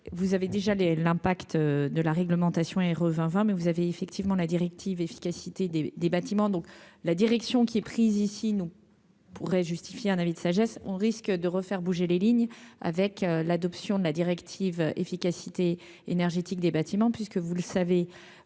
vous avez déjà les l'impact de la réglementation et revint mais vous avez effectivement la directive efficacité des des bâtiments donc la direction qui est prise ici nous pourrait justifier un avis de sagesse, on risque de refaire bouger les lignes, avec l'adoption de la directive, efficacité énergétique des bâtiments, puisque vous le savez,